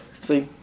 see